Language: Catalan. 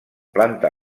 planta